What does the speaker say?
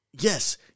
Yes